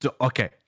okay